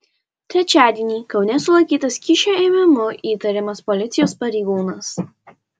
trečiadienį kaune sulaikytas kyšio ėmimu įtariamas policijos pareigūnas